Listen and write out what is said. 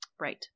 right